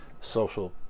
social